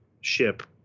ship